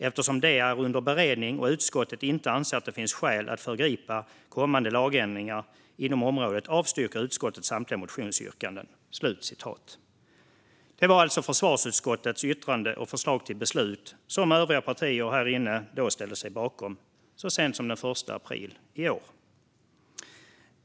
Eftersom de är under beredning och utskottet inte anser att det finns skäl att föregripa kommande lagändringar inom området avstyrker utskottet samtliga motionsyrkanden." Det var alltså försvarsutskottets yttrande och förslag till beslut, som övriga partier här inne ställde sig bakom så sent som den 1 april i år.